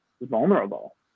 vulnerable